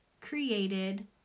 created